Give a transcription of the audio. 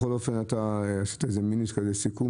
בכל אופן, אתה עשית מעין סיכום